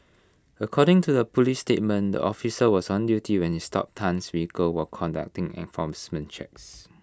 according to the Police statement the officer was on duty when he stopped Tan's vehicle while conducting enforcement checks